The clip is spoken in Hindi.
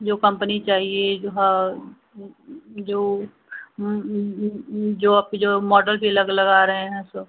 जो कम्पनी चाहिए जहाँ जो जो आपके जो मॉडल भी अलग अलग आ रहे हैं सब